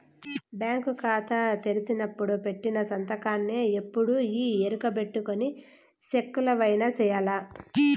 bank కాతా తెరిసినపుడు పెట్టిన సంతకాన్నే ఎప్పుడూ ఈ ఎరుకబెట్టుకొని సెక్కులవైన సెయ్యాల